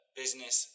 business